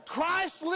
Christ